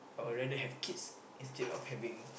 I will rather have kids instead of having